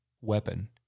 weapon